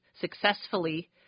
successfully